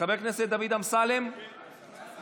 חבר הכנסת דוד אמסלם, בבקשה.